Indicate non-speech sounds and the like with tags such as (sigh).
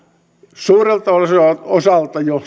suurelta osalta jo (unintelligible)